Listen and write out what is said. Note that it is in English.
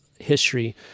history